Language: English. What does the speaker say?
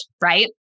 right